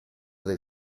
del